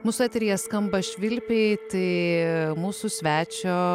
mūsų eteryje skamba švilpiai tai mūsų svečio